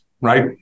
right